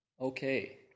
Okay